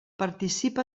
participa